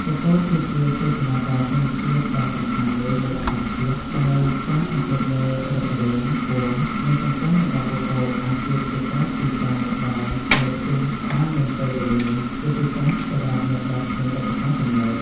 ពពកគឺជាសូចនាករធម្មជាតិដ៏សំខាន់មួយនៃអាកាសធាតុ ដោយការសង្កេតមើលរូបរាង ពណ៌ និងកម្ពស់របស់ពពកអាចជួយព្យាករណ៍ពីការមកដល់នៃព្យុះបានមុនពេលវេលា ជាពិសេសសម្រាប់អ្នកដែលគ្មានឧបករណ៍ទំនើប។